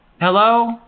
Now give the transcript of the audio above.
Hello